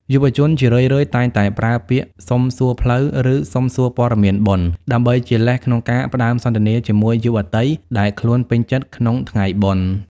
យុវជនជារឿយៗតែងតែប្រើពាក្យ "សុំសួរផ្លូវ" ឬ "សុំសួរព័ត៌មានបុណ្យ" ដើម្បីជាលេសក្នុងការផ្ដើមសន្ទនាជាមួយយុវតីដែលខ្លួនពេញចិត្តក្នុងថ្ងៃបុណ្យ។